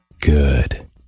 Good